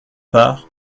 part